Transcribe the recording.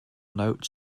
note